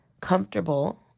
comfortable